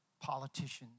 politicians